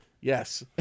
Yes